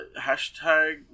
Hashtag